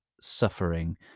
suffering